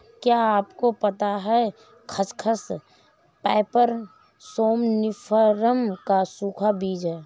क्या आपको पता है खसखस, पैपर सोमनिफरम का सूखा बीज है?